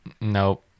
Nope